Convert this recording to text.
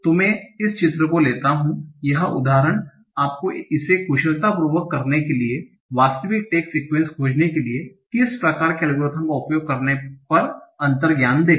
तो में इस चित्र को लेता हू यह उदाहरण आपको इसे कुशलतापूर्वक करने के लिए वास्तविक टैग सीक्वन्स खोजने के लिए किस प्रकार के एल्गोरिथ्म का उपयोग करने पर अंतर्ज्ञान देगा